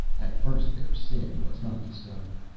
at first their sin was not discovered.